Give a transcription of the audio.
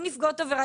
מול נפגעות עבירה.